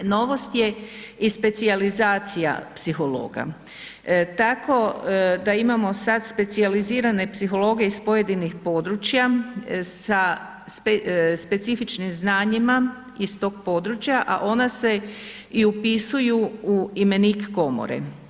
Novost je i specijalizacija psihologa, tako da imamo sad specijalizirane psihologe iz pojedinih područja sa specifičnim znanjima iz tog područja, a ona se i upisuju u imenik komore.